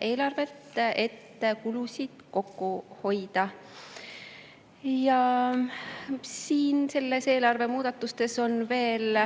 eelarvet, et kulusid kokku hoida. Neis eelarve muudatustes siin on veel